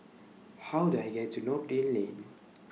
How Do I get to Noordin Lane